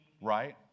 right